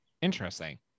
interesting